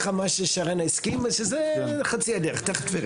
זה אחד.